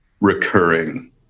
recurring